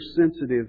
sensitive